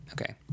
Okay